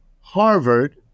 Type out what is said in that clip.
Harvard